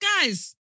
guys